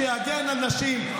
שיגן על נשים,